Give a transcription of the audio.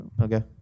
Okay